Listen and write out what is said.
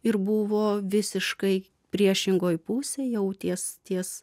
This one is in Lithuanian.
ir buvo visiškai priešingoj pusėj jau ties ties